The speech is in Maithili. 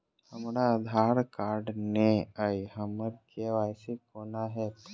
हमरा आधार कार्ड नै अई हम्मर के.वाई.सी कोना हैत?